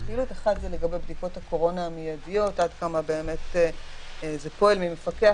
" פסקה (10א) תימחק, במקום